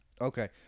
Okay